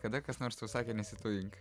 kada kas nors tau sakė nesitujink